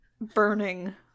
burning